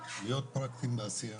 להיות פרקטיים לעשייה.